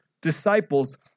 disciples